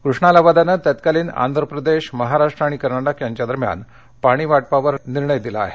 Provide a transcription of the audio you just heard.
कृष्णा लवादाने तत्कालिन आंध्र प्रदेश महाराष्ट्र आणि कर्नाटक यांच्या दरम्यान पाणी वाटपावर निर्णय दिला आहे